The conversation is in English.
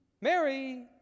Mary